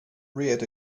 reared